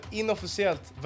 inofficiellt